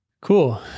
Cool